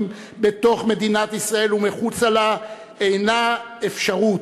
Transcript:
בתוך מדינת ישראל ומחוצה לה אינה אפשרות,